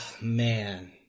man